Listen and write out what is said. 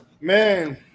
Man